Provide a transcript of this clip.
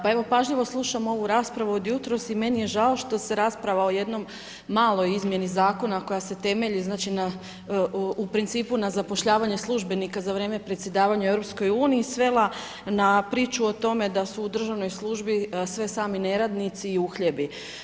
Pa evo, pažljivo slušam ovu raspravu od jutros i meni je žao što se rasprava o jednom maloj izmjeni Zakona koja se temelji, znači, na, u principu na zapošljavanje službenika za vrijeme predsjedavanja u EU, svela na priču o tome da su u državnoj službi sve sami neradnici i uhljebi.